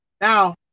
Now